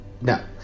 No